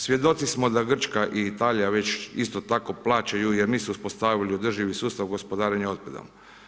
Svjedoci smo da Grčka i Italija već isto tako plaćaju jer nisu uspostavili održivi sustav gospodarenja otpadom.